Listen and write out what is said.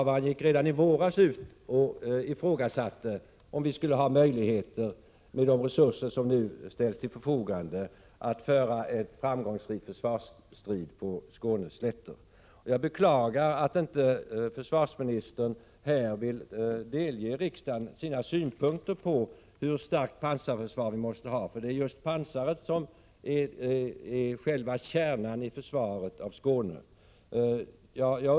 Även utrikesminister Sten Andersson har inför offentligheten förklarat att ubåtskränkningarna fortsätter. Alla ffrämmande utbåtars intrång i svenska vatten är mycket allvarliga. När en ubåt också visar sig över havsytan i Stockholms innerskärgård kan man misstänka också ett provokativt syfte hos den främmande makten.